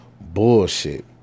bullshit